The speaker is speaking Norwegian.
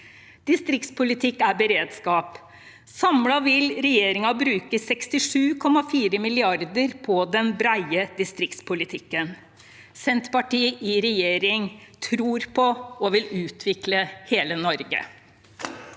Distriktspolitikk er beredskap. Samlet vil regjeringen bruke 67,4 mrd. kr på den brede distriktspolitikken. Senterpartiet i regjering tror på og vil utvikle hele Norge.